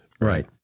Right